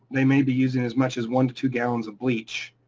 they may be using as much as one to two gallons of bleach,